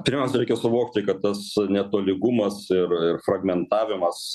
pirmiausia reikia suvokti kad tas netolygumas ir ir fragmentavimas su